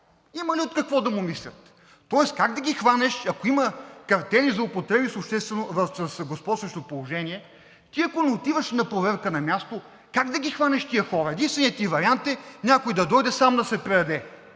има ли за какво да му мислят?! Тоест как да ги хванеш, ако има картели и злоупотреби с господстващо положение?! Ти, ако не отиваш на проверка на място, как да ги хванеш тези хора? Единственият ти вариант е някой да дойде сам да се предаде